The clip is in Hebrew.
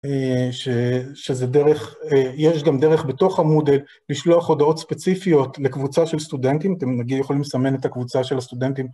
שזה דרך, יש גם דרך בתוך המודל לשלוח הודעות ספציפיות לקבוצה של סטודנטים, אתם נגיד יכולים לסמן את הקבוצה של הסטודנטים.